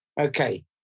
Okay